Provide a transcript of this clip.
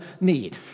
need